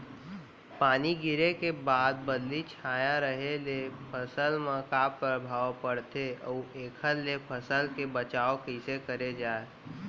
पानी गिरे के बाद बदली छाये रहे ले फसल मा का प्रभाव पड़थे अऊ एखर ले फसल के बचाव कइसे करे जाये?